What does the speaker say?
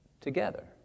together